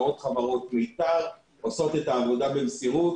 ועוד חברות עושות את העבודה במסירות.